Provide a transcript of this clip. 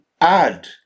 add